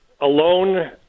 alone